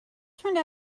turned